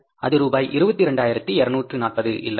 அது ரூபாய் 22240 இல்லையா